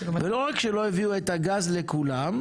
ולא רק שלא הביאו את הגז לכולם,